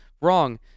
Wrong